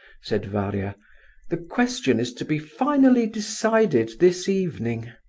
said varia the question is to be finally decided this evening.